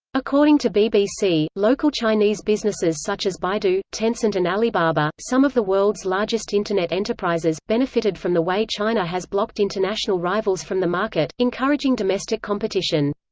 according to bbc, local chinese businesses such as baidu, tencent and alibaba, some of the world's largest internet enterprises, benefited from the way china has blocked international rivals from the market, encouraging domestic competition.